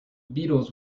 beatles